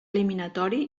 eliminatori